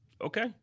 Okay